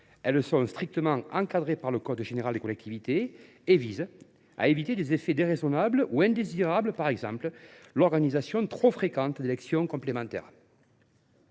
d’exceptions. Strictement encadrées par le code général des collectivités territoriales, elles visent à éviter des effets déraisonnables ou indésirables, par exemple l’organisation trop fréquente d’élections complémentaires.